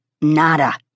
nada